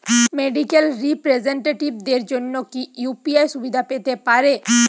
Medical রিপ্রেজন্টেটিভদের জন্য কি ইউ.পি.আই সুবিধা পেতে পারে?